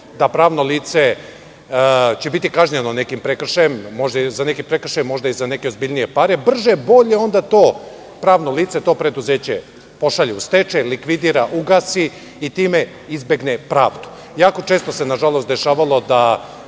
će pravno lice biti kažnjeno nekim prekršajem, možda za neki prekršaj i za neke ozbiljnije pare, brže-bolje to pravno lice, to preduzeće pošalje u stečaj, likvidira, ugasi i time izbegne pravdu. Jako često se, nažalost, dešavalo da